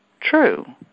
True